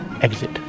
exit